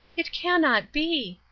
it cannot be!